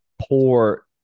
poor